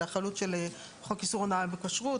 ולחלות של חוק איסור הונאה בכשרות,